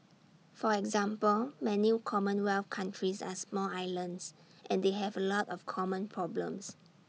for example many commonwealth countries are small islands and they have A lot of common problems